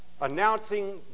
announcing